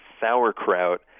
sauerkraut